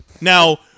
Now